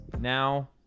Now